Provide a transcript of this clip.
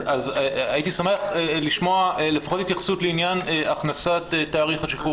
הייתי שמח לשמוע לפחות התייחסות לעניין הכנסת תאריך השחרור